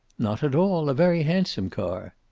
not at all. a very handsome car.